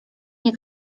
nie